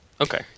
Okay